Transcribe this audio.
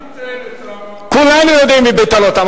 מי ביטל את, כולנו יודעים מי ביטל אותם.